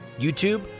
YouTube